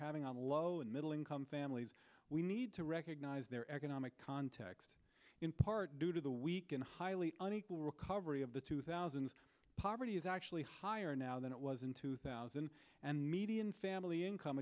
having on the low and middle income families we need to recognize their economic context in part due to the weak and highly unequal recovery of the two thousand poverty is actually higher now than it was in two thousand and median family income